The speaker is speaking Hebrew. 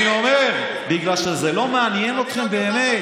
אני אומר, בגלל שזה לא מעניין אתכם באמת.